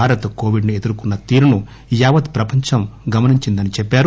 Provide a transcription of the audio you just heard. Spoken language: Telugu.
భారత్ కొవిడ్ ను ఎదుర్కొన్న తీరును యావత్ ప్రపంచం గమనించిందని అన్నారు